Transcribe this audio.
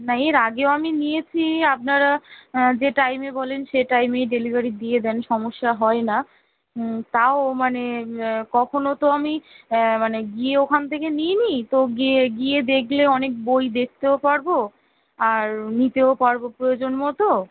না এর আগেও আমি নিয়েছি আপনারা যে টাইমে বলেন সে টাইমেই ডেলিভারি দিয়ে দেন সমস্যা হয় না তাও মানে কখনও তো আমি মানে গিয়ে ওখান থেকে নিই নি তো গিয়ে গিয়ে দেখলে অনেক বই দেখতেও পারবো আর নিতেও পারবো প্রয়োজন মতো